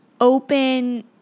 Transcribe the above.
open